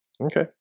Okay